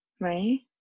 Right